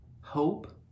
Hope